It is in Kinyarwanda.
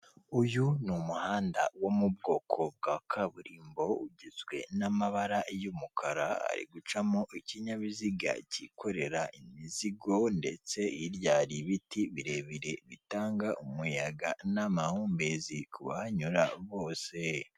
Uyu ni umuhanda wo mu bwoko bwa kaburimbo, ugizwe n'amabara y'umukara ari gucamo ikinyabiziga cyikorera imizigo ndetse hirya hari ibiti birebire bitanga umuyaga n'amahumbezi kubahanyura bose.